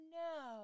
no